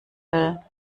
will